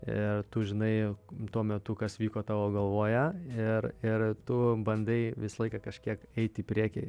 ir tu žinai tuo metu kas vyko tavo galvoje ir ir tu bandai visą laiką kažkiek eiti į priekį